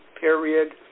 period